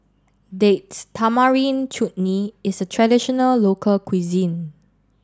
dates Tamarind Chutney is a traditional local cuisine